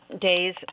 days